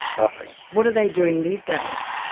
nothing. what are they doing these days?